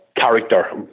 character